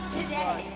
today